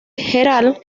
gerald